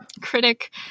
critic